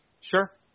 Sure